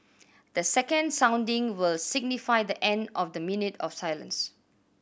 the second sounding will signify the end of the minute of silence